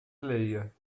leia